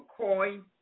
McCoy